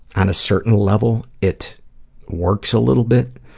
on a certain level, it works a little bit,